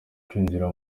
kwinjira